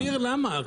תסביר למה?